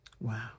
wow